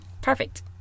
perfect